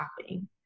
shopping